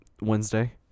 Wednesday